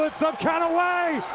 but some kind of way,